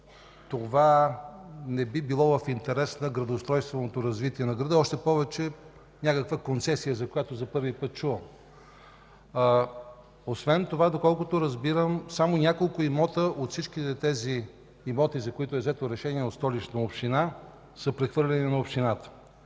Това не би било в интерес на градоустройственото развитие на града. Още повече – някаква концесия, за която чувам за първи път! Освен това, доколкото разбирам, само няколко имота от всичките имоти, за които е взето решение в Столичната община, са прехвърлени на общината.